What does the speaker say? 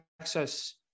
access